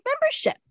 membership